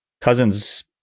cousin's